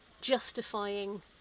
justifying